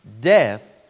death